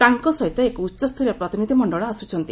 ତାଙ୍କ ସହିତ ଏକ ଉଚ୍ଚସ୍ତରୀୟ ପ୍ରତିନିଧ୍ୟମଣ୍ଡଳ ଆସୁଛନ୍ତି